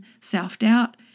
self-doubt